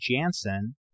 Janssen